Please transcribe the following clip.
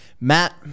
Matt